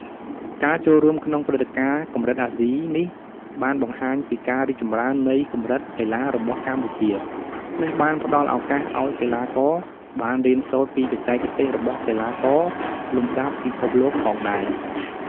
ការចូលរួមក្នុងព្រឹត្តិការណ៍កម្រិតអាស៊ីនេះបានបង្ហាញពីការរីកចម្រើននៃកម្រិតកីឡារបស់កម្ពុជា និងបានផ្ដល់ឱកាសឱ្យកីឡាករបានរៀនសូត្រពីបច្ចេកទេសរបស់កីឡាករលំដាប់ពិភពលោកផងដែរ។